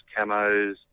camos